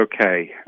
okay